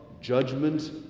judgment